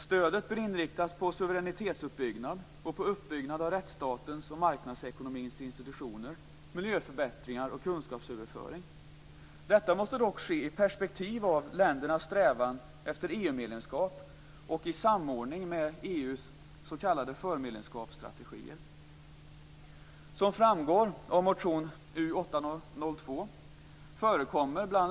Stödet bör inriktas på suveränitetsuppbyggnad och på uppbyggnad av rättsstatens och marknadsekonomins institutioner, miljöförbättringar och kunskapsöverföring. Detta måste dock ske i perspektiv av ländernas strävan efter EU-medlemskap och i samordning med EU:s s.k. förmedlemskapsstrategier.